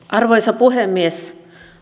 arvoisa puhemies